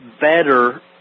better